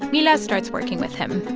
mila starts working with him.